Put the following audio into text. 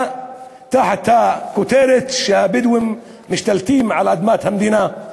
תחת הכותרת שהבדואים משתלטים על אדמת המדינה.